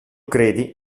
credi